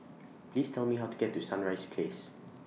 Please Tell Me How to get to Sunrise Place